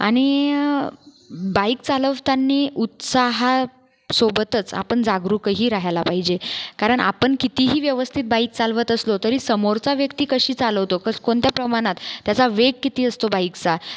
आणि बाईक चालवताना उत्साहासोबतच आपण जागरूकही राहायला पाहिजे कारण आपण कितीही व्यवस्थित बाईक चालवत असलो तरी समोरचा व्यक्ती कशी चालवतो कसं कोणत्या प्रमाणात त्याचा वेग किती असतो बाईकचा